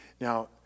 Now